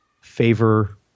favor